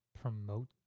promote